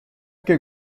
que